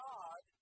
God